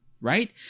right